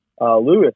Lewis